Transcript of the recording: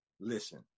listen